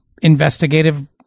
investigative